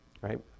right